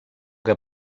que